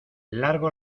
largo